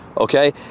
okay